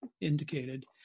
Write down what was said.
indicated